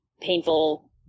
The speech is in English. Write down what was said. painful